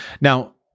Now